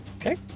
Okay